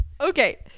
okay